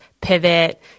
pivot